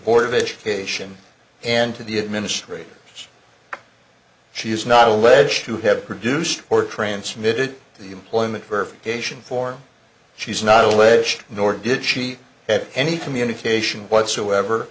board of education and to the administrators she is not alleged to have produced or transmitted the employment verification form she's not alleged nor did she have any communication whatsoever